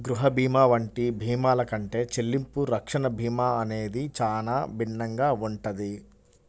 గృహ భీమా వంటి భీమాల కంటే చెల్లింపు రక్షణ భీమా అనేది చానా భిన్నంగా ఉంటది